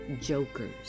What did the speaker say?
Jokers